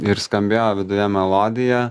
ir skambėjo viduje melodija